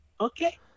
okay